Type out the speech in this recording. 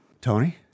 Tony